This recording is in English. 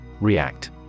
React